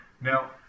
Now